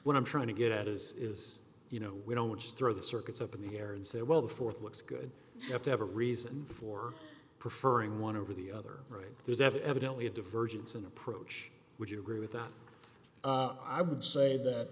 t i'm trying to get at is is you know we don't just throw the circuits up in the air and say well the fourth looks good you have to have a reason for preferring one over the other right there's evidently a divergence in approach would you agree with that i would say that